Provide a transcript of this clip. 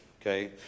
okay